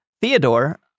Theodore